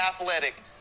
athletic